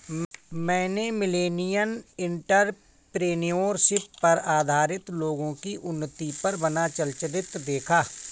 मैंने millennial entrepreneurship पर आधारित लोगो की उन्नति पर बना चलचित्र देखा